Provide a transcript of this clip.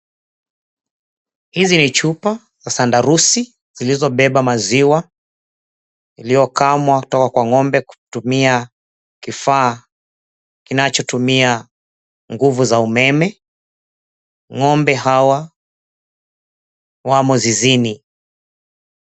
Hizi ni chupa sandarusi zilizobeba maziwa iliyokamwa kutoka kwa ng'ombe kutumia kifaa kinachotumia nguvu za umeme , ng'ombe hawa wamo zizini.